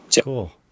cool